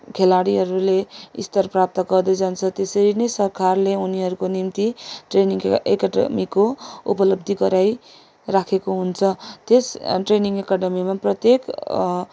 खेलाडीहरूले स्तर प्राप्त गर्दै जान्छ त्यसरी नै सरकारले उनीहरूको निम्ति ट्रेनिङ एकाडेमीको उपलब्धि गराइरहेको हुन्छ त्यस ट्रेनिङ एकाडेमीमा प्रत्येक